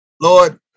Lord